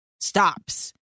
stops